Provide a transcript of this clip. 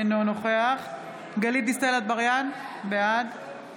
אינו נוכח גלית דיסטל אטבריאן, בעד